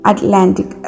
Atlantic